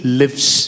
lives